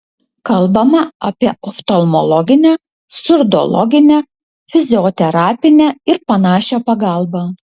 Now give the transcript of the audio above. kalbama apie oftalmologinę surdologinę fizioterapinę ir panašią pagalbą